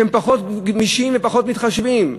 שהם פחות גמישים ופחות מתחשבים.